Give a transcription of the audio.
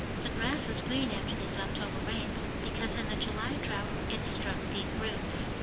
the grass is green after these october rains, because in the july drought it struck deep roots.